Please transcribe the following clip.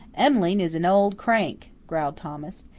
em'line is an old crank, growled thomas.